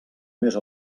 més